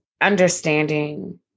understanding